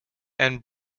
and